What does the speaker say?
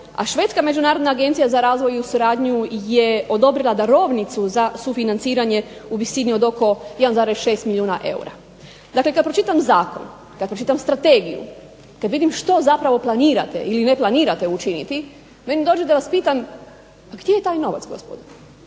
a Švedska međunarodna agencija za razvoj i suradnju je odobrila darovnicu za sufinanciranje u visini od oko 1,6 milijuna eura. Dakle kad pročitam zakon, kad pročitam strategiju, kad vidim što zapravo planirate ili ne planirate učiniti meni dođe da vas pitam a gdje je taj novac gospodo.